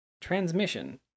transmission